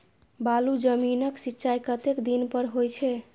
बालू जमीन क सीचाई कतेक दिन पर हो छे?